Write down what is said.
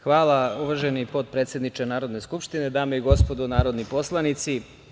Hvala, uvaženi potpredsedniče Narodne skupštine, dame i gospodo narodni poslanici.